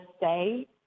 say